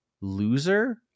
loser